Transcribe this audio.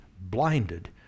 blinded